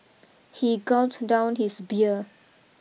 he gulped down his beer